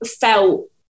felt